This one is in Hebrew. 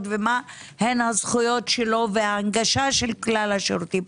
ומהן זכויותיו וההנגשה של כלל השירותים,